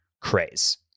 craze